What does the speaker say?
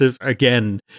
again